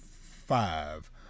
five